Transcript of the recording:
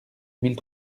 mille